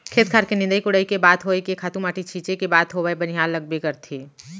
खेत खार के निंदई कोड़ई के बात होय के खातू माटी छींचे के बात होवय बनिहार लगबे करथे